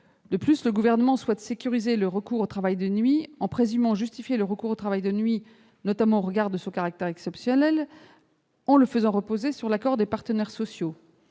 De plus, le Gouvernement souhaite sécuriser le recours au travail de nuit. À cette fin, il entend le présumer justifié, notamment au regard de son caractère exceptionnel, en le faisant reposer sur l'accord des partenaires sociaux.